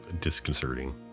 disconcerting